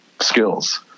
skills